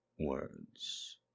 words